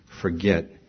forget